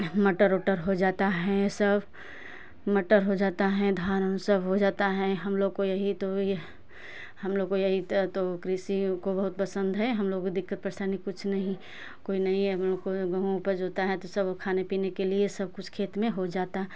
मटर उटर हो जाता है सब मटर हो जाता है धान सब हो जाता है हम लोग को यही तो ही हम लोग को यही त हो कृषि को बहुत पसंद है हम लोग को दिक्कत परेसानी कुछ नहीं कोई नहीं है हमको गेहूँ का उपज होता है तो सब खाने पीने के लिए सब कुछ खेत में हो जाता